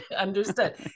Understood